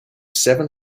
seven